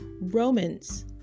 romans